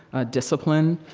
ah, discipline,